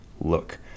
look